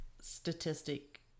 statistic